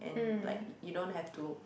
mm